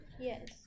Yes